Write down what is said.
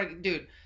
dude